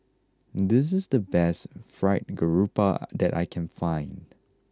this is the best Fried Garoupa that I can find